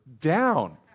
down